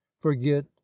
forget